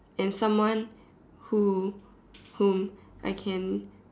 and someone who whom I can